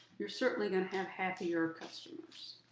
you're certainly going to have happier customers.